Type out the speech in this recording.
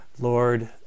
Lord